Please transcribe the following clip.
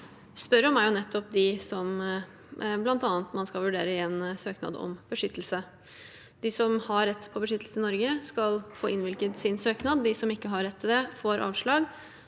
spør om, er nettopp dem man bl.a. skal vurdere i en søknad om beskyttelse. De som har rett på beskyttelse i Norge, skal få innvilget sin søknad. De som ikke har rett til det, får avslag.